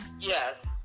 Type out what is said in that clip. Yes